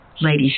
ladies